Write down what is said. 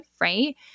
right